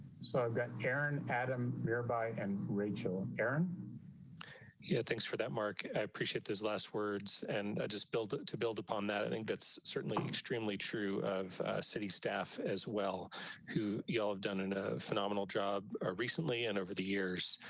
so i've got aaron adam nearby and rachel and aaron yeah. thanks for that. mark, i appreciate this last words and i just build to build upon that. i think that's certainly extremely true of city staff as well. aaron brockett who y'all have done and a phenomenal job or recently. and over the years.